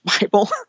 Bible